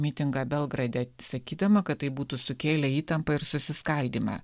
mitingą belgrade sakydama kad tai būtų sukėlę įtampą ir susiskaldymą